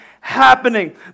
happening